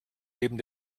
neben